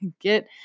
get